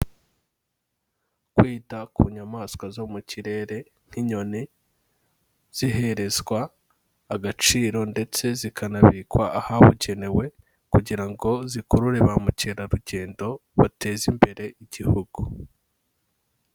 Kwita ku nyamaswa zo mu kirere nk'inyoni, ziherezwa agaciro ndetse zikanabikwa ahabugenewe kugira ngo zikurure ba mukerarugendo bateza imbere igihugu.